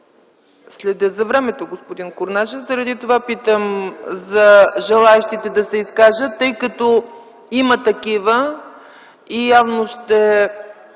Следя за времето, господин Корнезов, заради това питам за желаещите да се изкажат. Тъй като има такива, явно ще